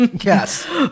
Yes